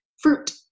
fruit